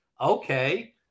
okay